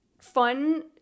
fun